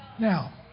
Now